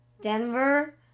Denver